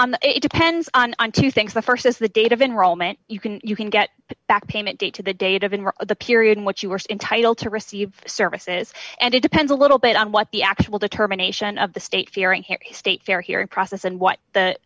depends on on two things the st is the date of enrollment you can you can get back payment date to the date of the period in which you are entitled to receive services and it depends a little bit on what the actual determination of the state fearing state fair hearing process and what the